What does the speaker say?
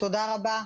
תודה רבה.